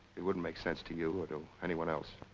it wouldn't make sense to you or to anyone else.